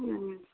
हुँ